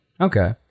Okay